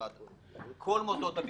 כל מוסדות הביטחון,